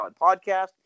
Podcast